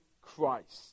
Christ